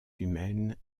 humaine